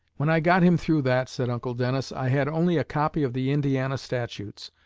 when i got him through that, said uncle dennis, i had only a copy of the indiana statutes.